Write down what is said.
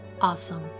Awesome